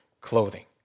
clothing